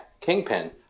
Kingpin